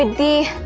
and be